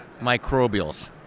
microbials